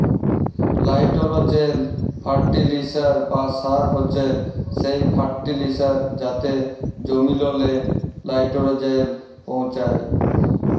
লাইটোরোজেল ফার্টিলিসার বা সার হছে সেই ফার্টিলিসার যাতে জমিললে লাইটোরোজেল পৌঁছায়